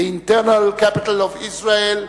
the eternal capital of Israel,